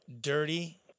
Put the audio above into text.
dirty